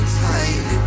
tight